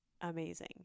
amazing